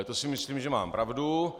To si myslím, že mám pravdu.